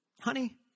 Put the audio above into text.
Honey